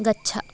गच्छ